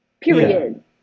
Period